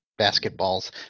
basketballs